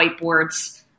whiteboards